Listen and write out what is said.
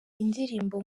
indirimbo